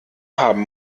haben